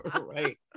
Right